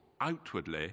outwardly